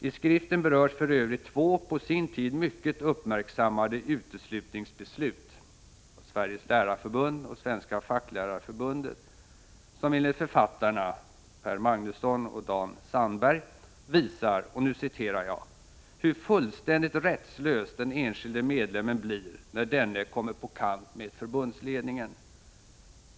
I skriften berörs för övrigt två på sin tid mycket uppmärksammade uteslutningbeslut , som enligt författarna visar — och nu citerar jag — ”hur fullständigt rättslös den enskilde medlemmen blir när denne kommer på kant med förbundsledningen.